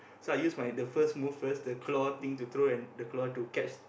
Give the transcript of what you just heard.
so I use my the first move first the claw thing to throw and the claw to catch